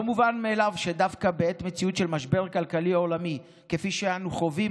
לא מובן מאליו שדווקא בעת מציאות של משבר כלכלי עולמי כפי שאנו חווים